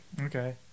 Okay